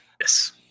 Yes